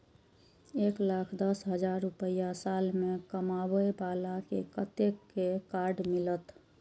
एक लाख दस हजार रुपया साल में कमाबै बाला के कतेक के कार्ड मिलत?